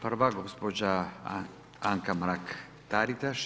Prva gospođa Anka Mrak Taritaš.